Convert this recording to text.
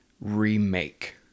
remake